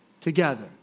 together